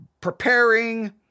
preparing